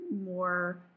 more